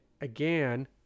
again